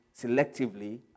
selectively